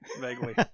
vaguely